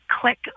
click